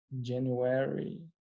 january